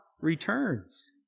returns